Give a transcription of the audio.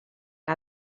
que